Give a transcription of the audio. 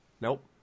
nope